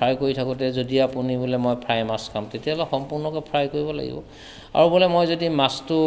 fry কৰি থাকোঁতে যদি আপুনি বোলে মই ফ্ৰাই মাছ খাম তেতিয়া সম্পূৰ্ণকৈ ফ্ৰাই কৰিব লাগিব আৰু বোলে মই যদি মাছটো